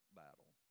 battle